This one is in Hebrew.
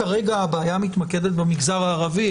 כרגע הבעיה מתמקדת במגזר הערבי,